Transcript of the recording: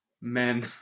men